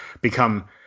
become